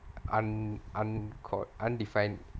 um uncalled undefined